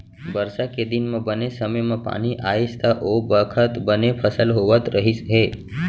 बरसा के दिन म बने समे म पानी आइस त ओ बखत बने फसल होवत रहिस हे